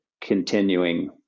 continuing